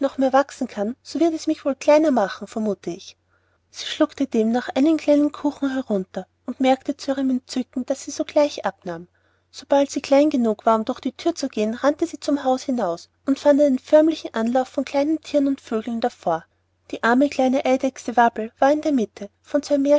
mehr wachsen kann so wird es mich wohl kleiner machen vermuthe ich sie schluckte demnach einen kleinen kuchen herunter und merkte zu ihrem entzücken daß sie sogleich abnahm sobald sie klein genug war um durch die thür zu gehen rannte sie zum hause hinaus und fand einen förmlichen auflauf von kleinen thieren und vögeln davor die arme kleine eidechse wabbel war in der mitte von